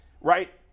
right